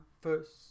first